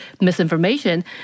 misinformation